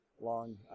long